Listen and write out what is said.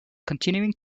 continuing